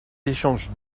échange